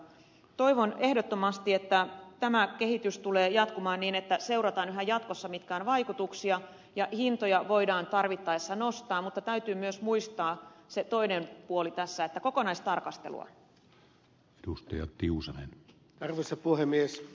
toivon ehdottomasti että tämä kehitys tulee jatkumaan niin että seurataan yhä jatkossa mitkä ovat vaikutukset ja hintoja voidaan tarvittaessa nostaa mutta täytyy myös muistaa se toinen puoli tässä että on kokonaistarkastelua